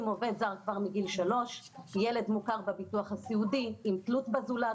עובד זר כבר מגיל 3. ילד מוכר בביטוח הסיעודי עם תלות בזולת,